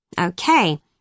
Okay